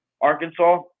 Arkansas